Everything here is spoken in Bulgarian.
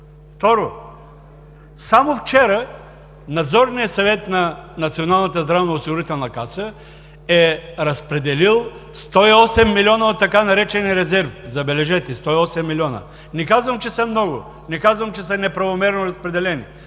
Второ, само вчера Надзорният съвет на Националната здравноосигурителна каса е разпределил 108 милиона от така наречения „резерв“. Забележете, 108 милиона! Не казвам, че са много, не казвам, че са неправомерно разпределени,